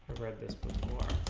breakfast bored